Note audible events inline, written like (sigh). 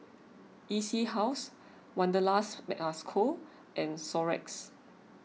E C House Wanderlust (unintelligible) Co and Xorex